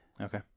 Okay